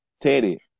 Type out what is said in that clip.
Teddy